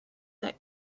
that